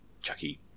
Chucky